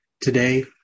Today